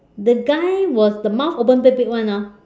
the guy was the mouth open big big [one] orh